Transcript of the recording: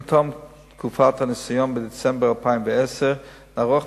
עם תום תקופת הניסיון, בדצמבר 2010, נערוך